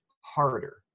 harder